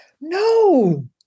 No